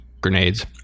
grenades